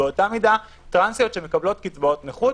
באותה מידה טרנסיות שמקבלות קצבאות נכות